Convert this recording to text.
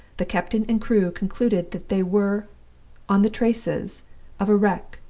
the captain and crew concluded that they were on the traces of a wreck,